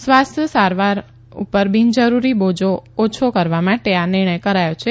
સ્વાસ્થ્ય સારવાર ઉપર બીનજરૂરી બોજો ઓછો કરવા માટે આ નીર્ણય કરાયો છે